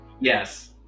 yes